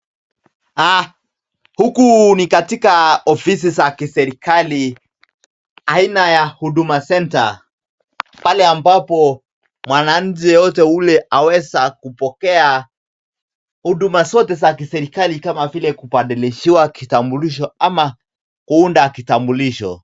Huku ni katika ofisi za kiserikali aina ya huduma centre pale ambapo mwananchi yoyote ule aweza kupokea huduma zote za kiserikali kama vile kubadilishiwa kitambulisho ama kuunda kitambulisho.